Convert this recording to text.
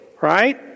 Right